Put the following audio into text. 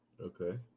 Okay